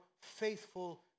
faithful